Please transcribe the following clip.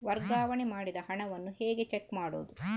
ವರ್ಗಾವಣೆ ಮಾಡಿದ ಹಣವನ್ನು ಹೇಗೆ ಚೆಕ್ ಮಾಡುವುದು?